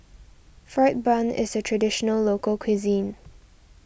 Fried Bun is a Traditional Local Cuisine